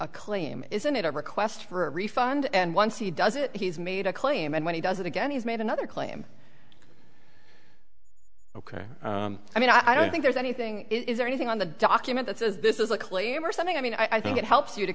a claim isn't it a request for a refund and once he does it he's made a claim and when he does it again he's made another claim ok i mean i don't think there's anything is there anything on the document that says this is a claim or something i mean i think it helps you to